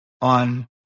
on